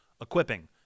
equipping